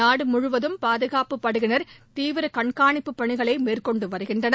நாடு முழுவதும் பாதுகாப்பு படையினர் தீவிர கண்காணிப்பு பணிகளை மேற்கொண்டு வருகின்றனர்